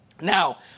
Now